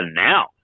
now